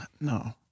No